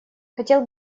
хотел